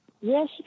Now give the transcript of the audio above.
Yes